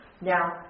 Now